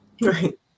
right